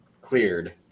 cleared